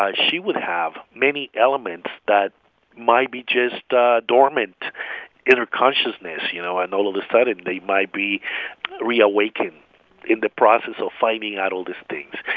ah she would have many elements that might be just dormant in her consciousness, you know. and all of a sudden, they might be reawakened in the process of finding out all these things.